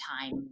time